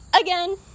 again